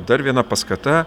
dar viena paskata